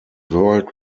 world